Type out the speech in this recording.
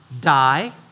die